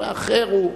ואחר הוא,